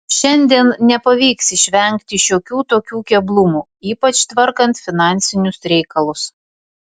šiandien nepavyks išvengti šiokių tokių keblumų ypač tvarkant finansinius reikalus